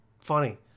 funny